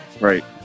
Right